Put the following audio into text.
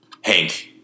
Hank